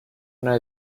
una